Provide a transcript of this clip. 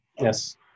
Yes